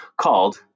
called